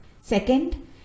Second